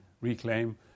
reclaim